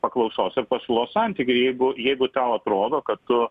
paklausos ir pasiūlos santykį jeigu jeigu tau atrodo kad tu